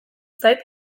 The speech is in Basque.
zait